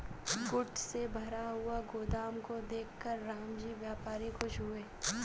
goods से भरा हुआ गोदाम को देखकर रामजी व्यापारी खुश हुए